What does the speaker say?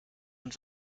und